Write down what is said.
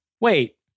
Wait